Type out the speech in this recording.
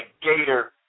gator